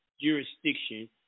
jurisdiction